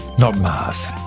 not mars